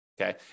Okay